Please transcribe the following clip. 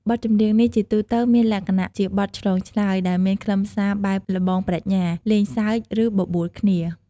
បទចម្រៀងនេះជាទូទៅមានលក្ខណៈជាបទឆ្លើយឆ្លង ដែលមានខ្លឹមសារបែបល្បងប្រាជ្ញា លេងសើច ឬបបួលគ្នា។